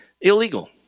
illegal